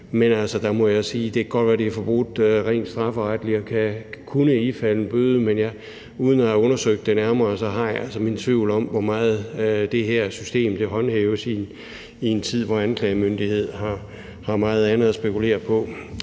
det godt kan være, at det rent strafferetligt er forbudt og kunne ifalde en bøde, men uden at have undersøgt det nærmere har jeg altså mine tvivl om, hvor meget det her system håndhæves i en tid, hvor anklagemyndighed har meget andet at spekulere på.